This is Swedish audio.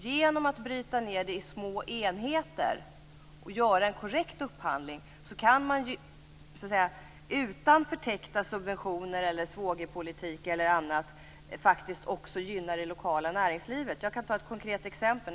Genom att bryta ned det i små enheter och göra en korrekt upphandling kan man utan förtäckta subventioner, svågerpolitik eller annat faktiskt också gynna det lokala näringslivet. Jag kan ta ett konkret exempel.